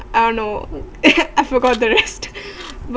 I don't know I forgot the rest